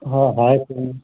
हाँ हाए सुनील